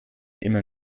immer